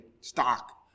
stock